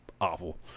awful